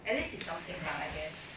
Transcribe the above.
at least it's something lah I guess